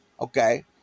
Okay